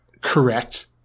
correct